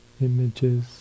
images